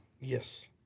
Yes